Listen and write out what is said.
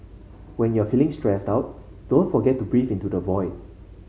when you are feeling stressed out don't forget to breathe into the void